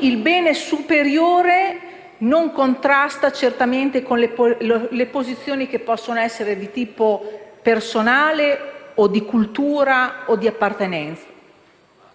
il bene superiore non contrasta certamente con le posizioni che possono essere di tipo personale o di cultura o di appartenenza.